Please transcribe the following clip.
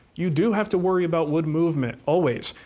you do have to worry about wood movement, always.